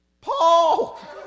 Paul